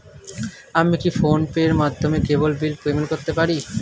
আমি কি PhonePe মাধ্যমে কেবল বিল পেমেন্ট করতে পারি?